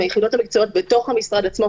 היחידות המקצועיות במשרד עצמו,